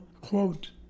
quote